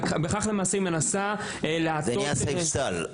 בכך היא מנסה להטות -- זה נהיה סעיף סל.